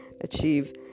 achieve